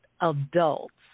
Adults